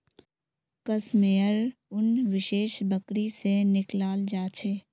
कश मेयर उन विशेष बकरी से निकलाल जा छे